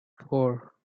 four